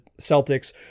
Celtics